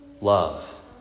Love